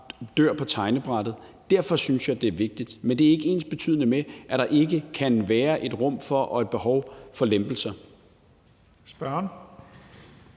dør på tegnebrættet. Derfor synes jeg, det er vigtigt. Men det er ikke ensbetydende med, at der ikke kan være et rum til og et behov for lempelser.